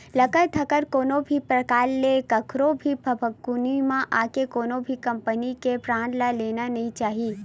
लकर धकर म कोनो परकार ले कखरो भी भभकउनी म आके कोनो भी कंपनी के बांड ल लेना नइ चाही